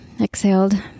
exhaled